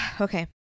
Okay